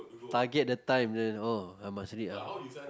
target the time then oh I must reach ah